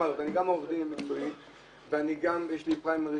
אני גם עורך דין במקצועי, וגם יש לי פריימריז,